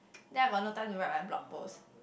then I got no time to write my blog post